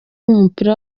w’umupira